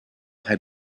had